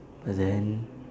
but then